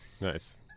Nice